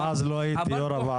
אז לא הייתי יו"ר הוועדה.